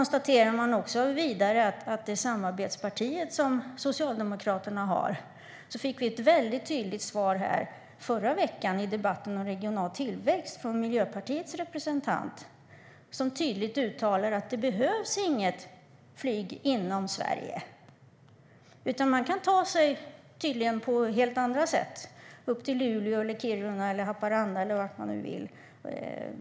Socialdemokraternas samarbetsparti Miljöpartiets representant gav ett väldigt tydligt svar här i förra veckan i debatten om regional tillväxt och uttalade att det inte behövs något flyg inom Sverige. Man kan tydligen ta sig på helt andra sätt upp till Luleå, Kiruna och Haparanda eller vart man nu vill.